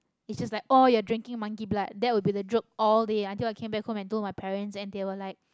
he's just like oh you're drinking monkey blood and that will be joke all day until i came back home and tell my parents and they were like